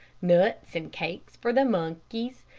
nuts and cakes for the monkeys,